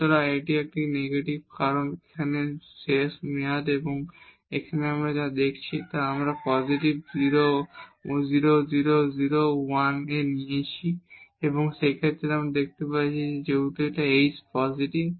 সুতরাং এটি একটি এখনও নেগেটিভ কারণ এগুলি শেষ টার্ম কিন্তু এখন আমরা এখানে যা দেখছি আমরা এই পয়েন্টটি 0001 নিয়েছি এবং সেই ক্ষেত্রে এখন আমরা দেখতে পাচ্ছি যে যেহেতু h পজিটিভ